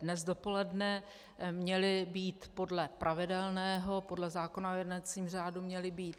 Dnes dopoledne měly být podle pravidelného, podle zákona o jednacím řádu měly být